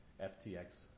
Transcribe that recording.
FTX